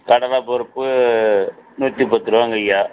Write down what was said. கடலைப் பருப்பு நூற்றி பத்து ருபாங்கய்யா